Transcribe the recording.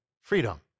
freedom